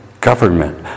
government